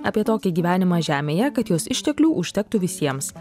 apie tokį gyvenimą žemėje kad jos išteklių užtektų visiems